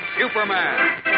Superman